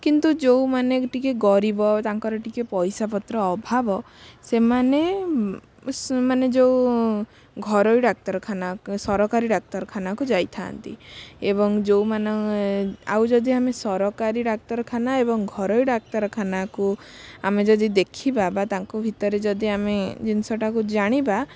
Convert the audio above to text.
କିନ୍ତୁ ଯେଉଁମାନେ ଟିକେ ଗରିବ ତାଙ୍କର ଟିକେ ପଇସା ପତ୍ର ଅଭାବ ସେମାନେ ମାନେ ଯେଉଁ ଘରୋଇ ଡାକ୍ତରଖାନା ସରକାରୀ ଡାକ୍ତରଖାନାକୁ ଯାଇଥାନ୍ତି ଏବଂ ଯେଉଁମାନେ ଆଉ ଯଦି ଆମେ ସରକାରୀ ଡାକ୍ତରଖାନା ଏବଂ ଘରୋଇ ଡାକ୍ତରଖାନାକୁ ଆମେ ଯଦି ଦେଖିବା ବା ତାଙ୍କ ଭିତରେ ଯଦି ଆମେ ଜିନିଷଟାକୁ ଜାଣିବା